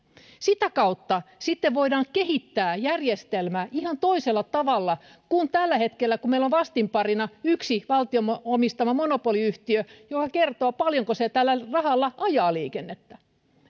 sitä kautta sitten voidaan kehittää järjestelmää ihan toisella tavalla kuin tällä hetkellä kun meillä on vastinparina yksi valtion omistama monopoliyhtiö joka kertoo paljonko se tällä rahalla ajaa liikennettä